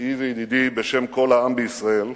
רעי וידידי, בשם כל העם בישראל,